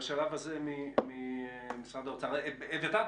בשלב הזה ממשרד האוצר אביתר,